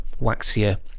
waxier